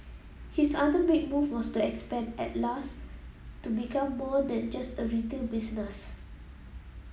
his other big move was to expand Atlas to become more than just a retail business